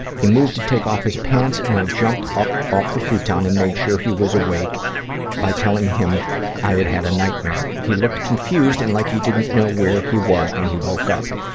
he moved to take off his pants and i jumped up off the futon and made sure he was awake by telling him i had had a nightmare. he looked confused and like he didn't know where he was when he woke up,